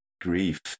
grief